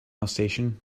alsatian